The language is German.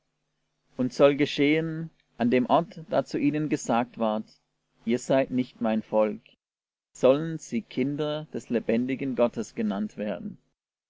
und soll geschehen an dem ort da zu ihnen gesagt ward ihr seid nicht mein volk sollen sie kinder des lebendigen gottes genannt werden